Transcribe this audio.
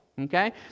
Okay